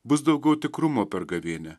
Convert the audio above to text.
bus daugiau tikrumo per gavėnią